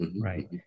Right